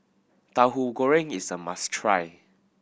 Tauhu Goreng is a must try